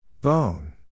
Bone